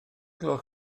gloch